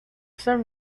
some